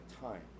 time